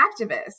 activists